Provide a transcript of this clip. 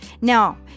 Now